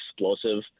explosive